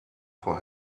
for